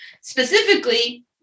Specifically